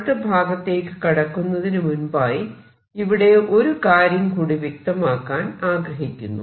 അടുത്ത ഭാഗത്തേക്ക് കടക്കുന്നതിനു മുൻപായി ഇവിടെ ഒരു കാര്യം കൂടി വ്യക്തമാക്കാൻ ആഗ്രഹിക്കുന്നു